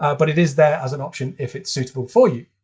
but it is there as an option if it's suitable for you.